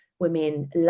women